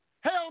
Hell